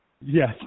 Yes